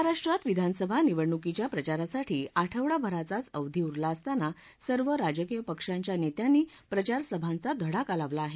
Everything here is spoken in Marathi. महाराष्ट्रात विधानसभा निवडणुकीच्या प्रचारासाठी आठवडाभराचाच अवधी उरला असताना सर्व राजकीय पक्षांच्या नेत्यांनी प्रचारसभांचा धडाका लावला आहे